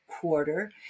quarter